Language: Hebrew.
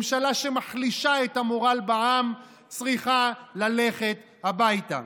ממשלה שמחלישה את המורל בעם צריכה ללכת הביתה.